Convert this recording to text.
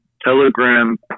telegram